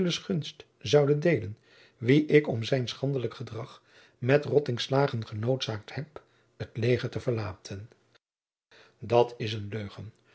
zoude deelen wien ik om zijn schandelijk gedrag met rottingslagen genoodzaakt heb het leger te verlaten dat is een leugen